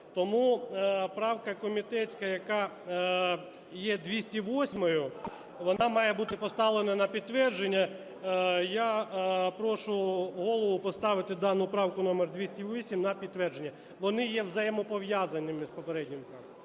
тому правка комітетська, яка є 208, вона має бути поставлена на підтвердження. Я прошу Голову поставити дану правку номер 208 на підтвердження. Вони є взаємопов'язані із попередніми